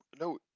no